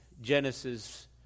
Genesis